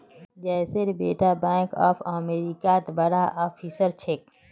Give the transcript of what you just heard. जयेशेर बेटा bank of अमेरिकात बड़का ऑफिसर छेक